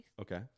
Okay